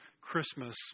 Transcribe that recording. Christmas